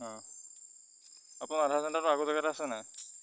অঁ আপোনাৰ আধাৰ চেণ্টাৰটো আগৰ জেগতে আছেনে